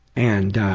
and